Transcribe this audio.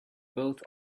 both